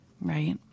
right